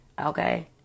okay